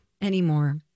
anymore